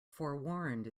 forewarned